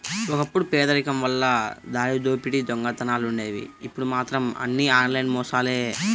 ఒకప్పుడు పేదరికం వల్ల దారిదోపిడీ దొంగతనాలుండేవి ఇప్పుడు మాత్రం అన్నీ ఆన్లైన్ మోసాలే